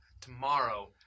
tomorrow